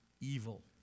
evil